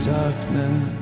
darkness